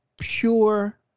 pure